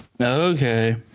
Okay